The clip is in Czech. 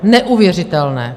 Neuvěřitelné!